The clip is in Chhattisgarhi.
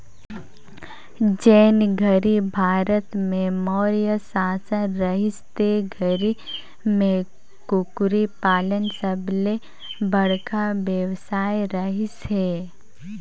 जेन घरी भारत में मौर्य सासन रहिस ते घरी में कुकरी पालन सबले बड़खा बेवसाय रहिस हे